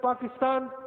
Pakistan